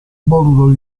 modulo